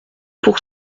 pour